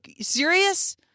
serious